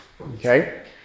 okay